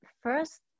first